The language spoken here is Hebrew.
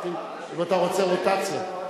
חשבתי שאתה רוצה רוטציה.